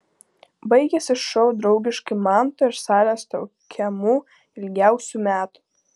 baigėsi šou draugiškai manto ir salės traukiamu ilgiausių metų